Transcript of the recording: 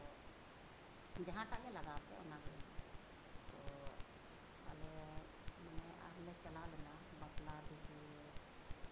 ᱡᱟᱦᱟᱸᱴᱟᱜ ᱜᱮ ᱞᱟᱜᱟᱣᱟᱯᱮ ᱚᱱᱟᱜᱮᱭ ᱮᱢᱚᱜᱼᱟ ᱛᱳ ᱟᱞᱮ ᱢᱟᱱᱮ ᱟᱨᱦᱚᱸᱞᱮ ᱪᱟᱞᱟᱣ ᱞᱮᱱᱟ ᱵᱟᱯᱞᱟ ᱵᱤᱦᱟᱹ